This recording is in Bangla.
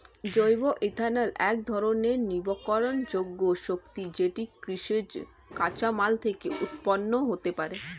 জৈব ইথানল একধরণের নবীকরণযোগ্য শক্তি যেটি কৃষিজ কাঁচামাল থেকে উৎপন্ন হতে পারে